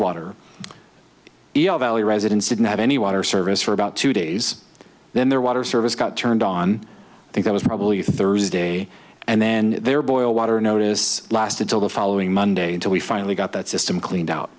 water valley residents didn't have any water service for about two days then their water service got turned on i think i was probably thursday and then their boil water notice lasted till the following monday until we finally got that system cleaned out